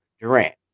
Durant